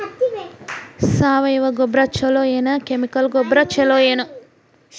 ಸಾವಯವ ಗೊಬ್ಬರ ಛಲೋ ಏನ್ ಕೆಮಿಕಲ್ ಗೊಬ್ಬರ ಛಲೋ?